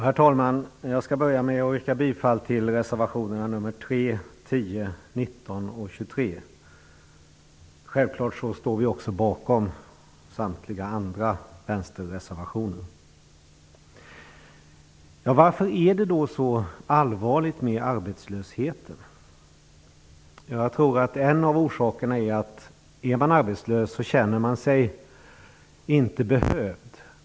Herr talman! Jag skall börja med att yrka bifall till reservationerna nr 3, 10, 19 och 23. Självklart står vi också bakom samtliga övriga vänsterreservationer. Varför är det då så allvarligt med arbetslösheten? Jag tror att en av orsakerna är att är man arbetslös känner man sig inte behövd.